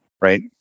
right